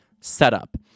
setup